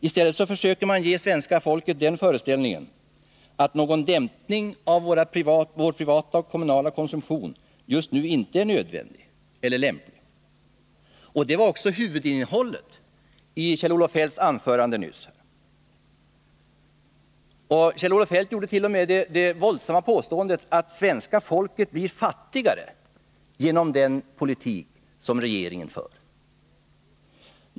I stället försöker man ge svenska folket den föreställningen, att någon dämpning av vår privata och kommunala konsumtion just nu inte är nödvändig eller lämplig. Det var också huvudinnehållet i Kjell-Olof Feldts anförande nyss. Kjell-Olof Feldt gjorde t.o.m. det anmärkningsvärda påståendet att svenska folket blir fattigare genom den politik som regeringen för.